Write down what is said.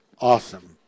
awesome